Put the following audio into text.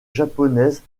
japonaises